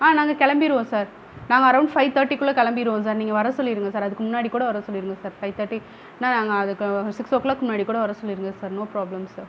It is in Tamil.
ஆ நாங்கள் கிளம்பிருவோம் சார் நாங்கள் அரௌண்ட் ஃபைவ் தேர்ட்டிக்குள்ள கிளம்பிருவோம் சார் நீங்கள் வர சொல்லியிருங்க சார் அதுக்கு முன்னாடி கூட வர சொல்லிருங்க சார் ஃபைவ் தேர்ட்டிக்குனா அதுக்கு சிக்ஸ் ஓ கிளாக் முன்னாடி கூட வர சொல்லிருங்க சார் நோ ப்ராப்லம் சார்